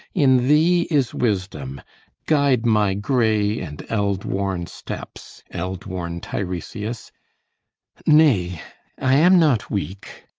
in thee is wisdom guide my grey and eld-worn steps, eld-worn teiresias nay i am not weak.